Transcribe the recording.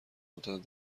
قدرت